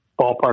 ballpark